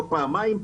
פעמיים,